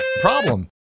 problem